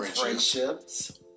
friendships